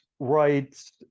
Rights